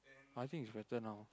I think it's better now